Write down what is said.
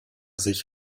sich